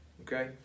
Okay